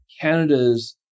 Canada's